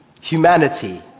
humanity